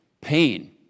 Pain